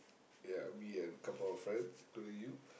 ya me and couple of friends including you